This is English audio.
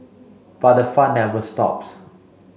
but the fun never stops